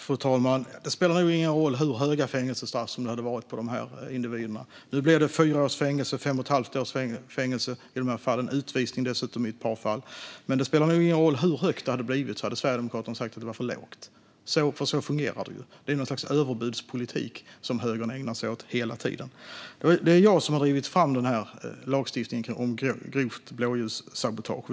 Fru talman! Det spelar nog ingen roll hur höga fängelsestraff det hade blivit för de här individerna. Nu blev det fyra års fängelse och fem och ett halvt års fängelse i de här fallen och dessutom utvisning i ett par fall. Men det spelar nog ingen roll hur höga de hade blivit. Sverigedemokraterna hade ändå sagt att de var för låga. Så fungerar det ju. Det är något slags överbudspolitik som högern ägnar sig åt hela tiden. Det är jag som har drivit fram lagstiftningen om grovt blåljussabotage.